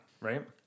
right